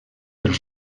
els